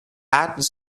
add